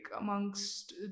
amongst